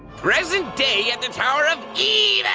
present day at the tower of